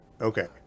Okay